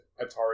Atari